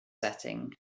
setting